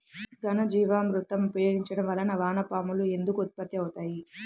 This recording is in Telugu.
ఘనజీవామృతం ఉపయోగించటం వలన వాన పాములు ఎందుకు ఉత్పత్తి అవుతాయి?